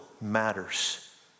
matters